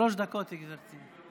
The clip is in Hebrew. שלוש דקות לגברתי.